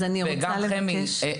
וגם חמי,